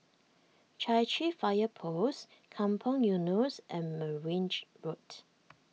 Chai Chee Fire Post Kampong Eunos and Merryn G Road